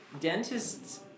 dentists